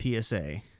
PSA